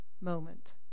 moment